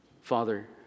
Father